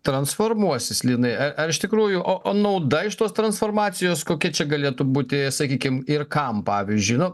transformuosis linai ar iš tikrųjų o o nauda iš tos transformacijos kokia čia galėtų būti sakykim ir kam pavyzdžiui nu